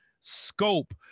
scope